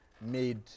made